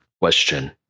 question